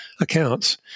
accounts